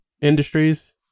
industries